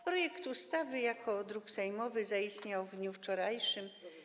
Projekt ustawy jako druk sejmowy zaistniał w dniu wczorajszym.